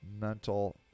mental